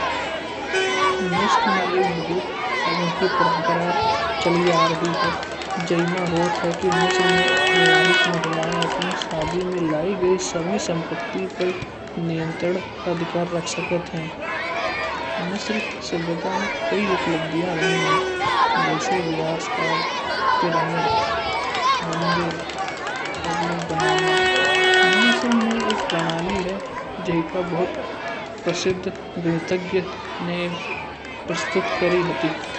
मिश्र में एक बहुत अनोखी परम्परा चली आ रही है। जाई मा होत है कि मिश्र में विवाहित महिलाएं अपनी शादी में लायी गई सभी संपत्ति को नियंत्रण का अधिकार रख सकत हय। मिश्र की सभ्यता में कई उपलब्धियाँ रही हैं। जैसे विकास कार्य, पिरामिड, मंदिर, पब्लिक बनाना। मिश्र में एक प्रणाली है। जाई का भुत प्रसिद्ध नये प्रस्तुत करे हति।